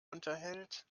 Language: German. unterhält